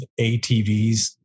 ATVs